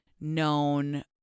known